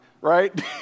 right